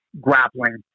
grappling